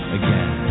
again